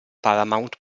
paramount